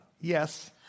Yes